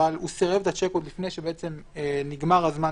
אבל הוא סירב את השיק עוד לפני שנגמר הזמן